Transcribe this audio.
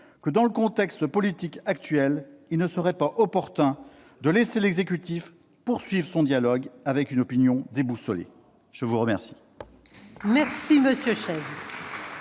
que, dans le contexte politique actuel, il ne serait pas opportun de laisser l'exécutif poursuive son dialogue avec une opinion déboussolée. Quel